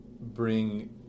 bring